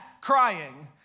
crying